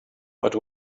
but